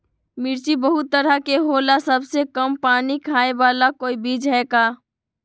मिर्ची बहुत तरह के होला सबसे कम पानी खाए वाला कोई बीज है का?